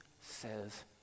says